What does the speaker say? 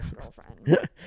girlfriend